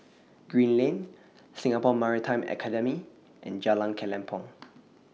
Green Lane Singapore Maritime Academy and Jalan Kelempong